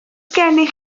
gennych